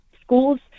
schools